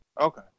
Okay